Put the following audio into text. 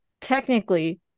technically